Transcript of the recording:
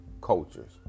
cultures